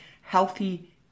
healthy